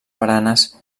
baranes